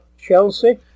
Chelsea